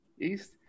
East